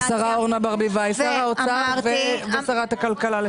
שר האוצר ושרת הכלכלה לשעבר.